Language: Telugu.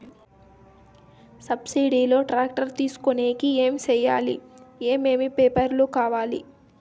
సబ్సిడి లో టాక్టర్ తీసుకొనేకి ఏమి చేయాలి? ఏమేమి పేపర్లు కావాలి?